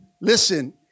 listen